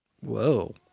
Whoa